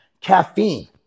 Caffeine